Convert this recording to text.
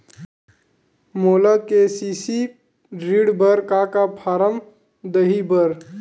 मोला के.सी.सी ऋण बर का का फारम दही बर?